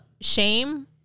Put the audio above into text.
shame